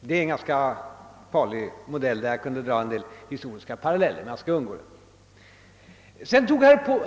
Det är en ganska farlig modell, där jag skulle kunna dra en del historiska paralleller. Det skall jag emellertid inte göra. Sedan tog